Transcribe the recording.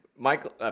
Michael